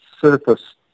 surface